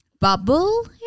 bubble